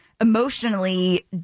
emotionally